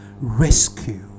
rescue